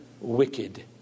wicked